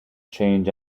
change